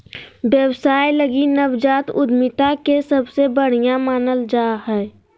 व्यवसाय लगी नवजात उद्यमिता के सबसे बढ़िया मानल जा हइ